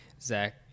Zach